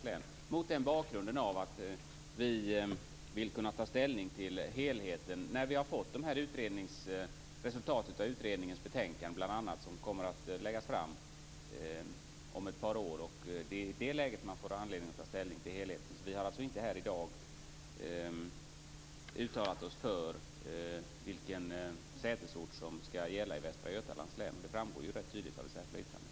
Det gör vi mot bakgrunden av att vi vill kunna ta ställning till helheten när vi har fått resultaten av utredningen som kommer att läggas fram om ett par år. I det läget får man anledning att ta ställning till helheten. Vi har alltså inte här i dag uttalat oss om vilken sätesort som skall gälla i Västra Götalands län. Det framgår tydligt av vårt särskilda yttrande.